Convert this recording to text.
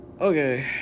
Okay